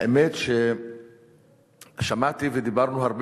האמת, ששמעתי, ודיברנו,